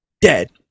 dead